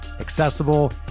accessible